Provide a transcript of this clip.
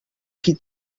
qui